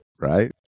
right